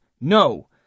No